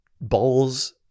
balls